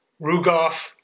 Rugoff